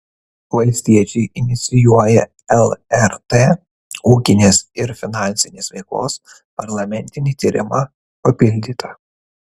valstiečiai inicijuoja lrt ūkinės ir finansinės veiklos parlamentinį tyrimą papildyta